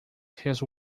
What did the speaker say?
his